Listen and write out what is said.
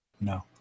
No